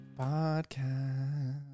podcast